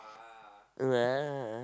!wah!